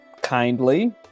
kindly